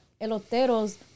eloteros